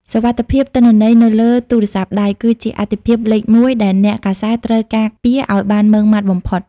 សុវត្ថិភាពទិន្នន័យនៅលើទូរស័ព្ទដៃ គឺជាអាទិភាពលេខមួយដែលអ្នកកាសែតត្រូវការពារឱ្យបានម៉ឺងម៉ាត់បំផុត។